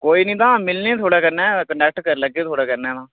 कोई निं तां मिलने आं थुहाड़े कन्नै कनेक्ट करी लैगे थुहाड़े कन्नै तां